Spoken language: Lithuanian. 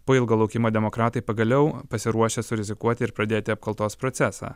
po ilgo laukimo demokratai pagaliau pasiruošę surizikuoti ir pradėti apkaltos procesą